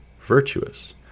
virtuous